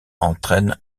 entraîne